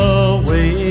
away